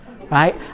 right